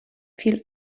viel